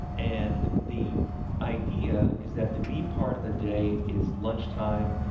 and the idea is that the b part of the day is lunchtime,